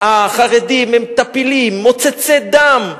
החרדים הם טפילים, מוצצי דם,